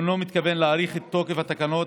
הוא אינו מתכוון להאריך את תוקף תקנות